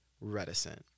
reticent